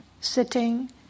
sitting